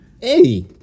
hey